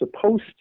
supposed